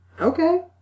Okay